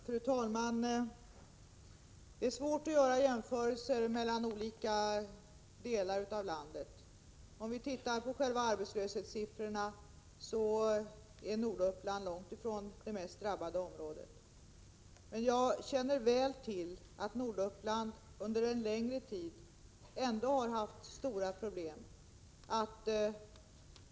Fru talman! Det är svårt att göra jämförelser mellan olika delar av landet. Om vi tittar på arbetslöshetssiffrorna ser vi att Norduppland är långt ifrån det mest drabbade området. Men jag känner väl till att Norduppland under en längre tid har haft stora problem.